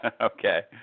Okay